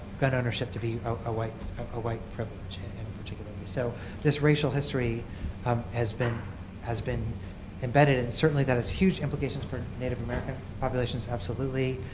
gun ownership to be a white ah white privilege. and so this racial history um has been has been embedded, and certainly that has huge implications for native american populations absolutely.